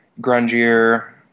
grungier